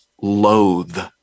loathe